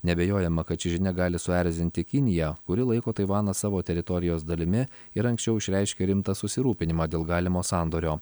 neabejojama kad ši žinia gali suerzinti kiniją kuri laiko taivaną savo teritorijos dalimi ir anksčiau išreiškė rimtą susirūpinimą dėl galimo sandorio